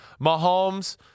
Mahomes